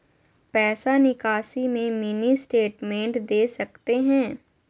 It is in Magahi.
पैसा निकासी में मिनी स्टेटमेंट दे सकते हैं?